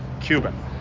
Cuban